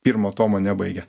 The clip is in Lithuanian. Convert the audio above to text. pirmo tomo nebaigė